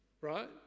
Right